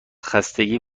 خستگی